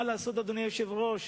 מה לעשות, אדוני היושב-ראש,